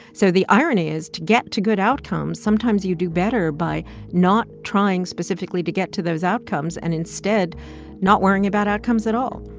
so the irony is to get to good outcomes, sometimes you do better by not trying specifically to get to those outcomes and instead not worrying about outcomes at all.